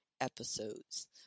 episodes